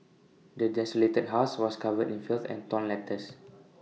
the desolated house was covered in filth and torn letters